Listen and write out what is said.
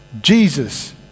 Jesus